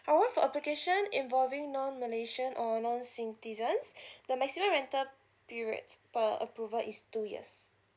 however for application involving non malaysian or non citizens the maximum rental periods per approval is two years